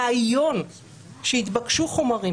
הרעיון שהתבקשו חומרים